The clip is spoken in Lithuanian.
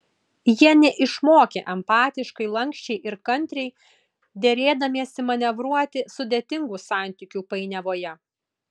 jie neišmokę empatiškai lanksčiai ir kantriai derėdamiesi manevruoti sudėtingų santykių painiavoje